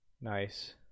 Nice